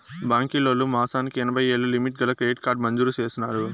బాంకీలోల్లు మాసానికి ఎనభైయ్యేలు లిమిటు గల క్రెడిట్ కార్డు మంజూరు చేసినారు